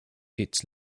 its